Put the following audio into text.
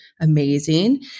amazing